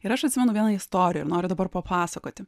ir aš atsimenu vieną istoriją ir noriu dabar papasakoti